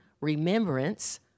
remembrance